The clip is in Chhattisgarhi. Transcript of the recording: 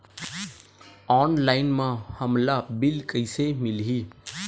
ऑनलाइन म हमला बिल कइसे मिलही?